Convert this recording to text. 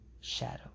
Shadow